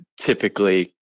typically